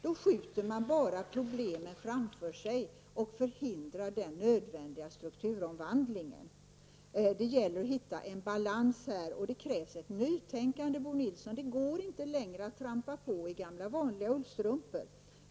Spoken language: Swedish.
Då skjuter man bara problemen framför sig och förhindrar den nödvändiga strukturomvandlingen. Det gäller att hitta en balans i detta sammanhang, och det krävs ett nytänkande, Bo Nilsson. Det går inte längre att trampa på i gamla vanliga ullstrumpor.